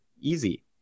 easy